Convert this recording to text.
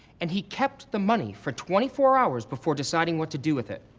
and he kept the money for twenty four hours before deciding what to do with it.